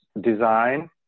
design